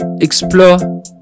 Explore